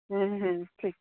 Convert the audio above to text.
ହୁଁ ହୁଁ ଠିକ୍